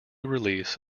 release